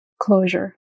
closure